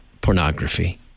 pornography